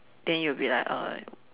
then you'll be like uh